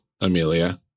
Amelia